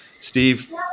Steve